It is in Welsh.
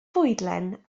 fwydlen